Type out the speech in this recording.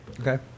Okay